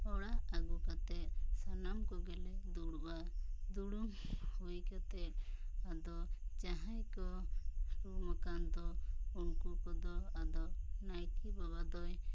ᱚᱲᱟᱜ ᱟᱹᱜᱩ ᱠᱟᱛᱮᱜ ᱥᱟᱱᱟᱢ ᱠᱚᱜᱮ ᱞᱮ ᱫᱩᱲᱩᱵᱼᱟ ᱫᱩᱲᱩᱵ ᱦᱩᱭ ᱠᱟᱛᱮᱜ ᱟᱫᱚ ᱡᱟᱦᱟᱸᱭ ᱠᱚ ᱨᱩᱢ ᱟᱠᱟᱱ ᱫᱚ ᱩᱱᱠᱩ ᱠᱚᱫᱚ ᱟᱫᱚ ᱱᱟᱭᱠᱮ ᱵᱟᱵᱟ ᱫᱚᱭ